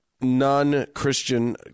non-Christian